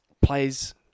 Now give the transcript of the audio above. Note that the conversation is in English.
plays